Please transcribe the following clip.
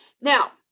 Now